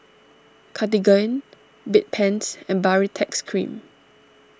Cartigain Bedpans and Baritex Cream